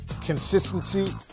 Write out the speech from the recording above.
consistency